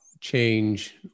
change